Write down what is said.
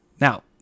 Now